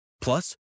Plus